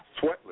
sweatless